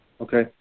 Okay